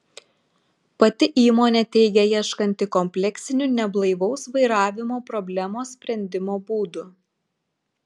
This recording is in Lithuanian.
pati įmonė teigia ieškanti kompleksinių neblaivaus vairavimo problemos sprendimo būdų